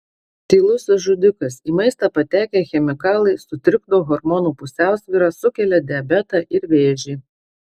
tylusis žudikas į maistą patekę chemikalai sutrikdo hormonų pusiausvyrą sukelia diabetą ir vėžį